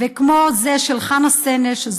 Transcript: כמו זה של חנה סנש,